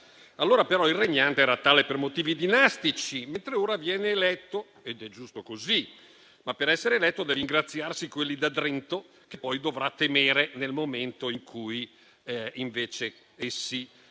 Allora però il regnante era tale per motivi dinastici, mentre ora viene eletto, ed è giusto così; ma per essere eletto deve ingraziarsi quelli da *drento*, che poi dovrà temere nel momento in cui invece essi